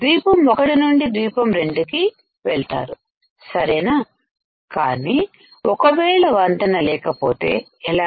ద్వీపం 1 నుండి ద్వీపం 2 కి వెళ్తారు సరేనా కానీ ఒకవేళ వంతెన లేకపోతే ఎలా